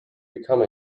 become